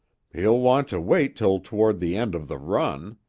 he'll want to wait till toward the end of the run.